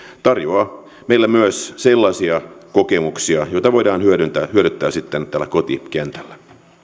tarjoaa meille myös sellaisia kokemuksia joita voidaan hyödyntää sitten täällä kotikentällä